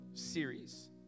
series